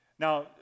Now